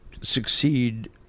succeed